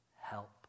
Help